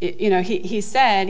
it you know he said